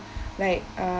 like a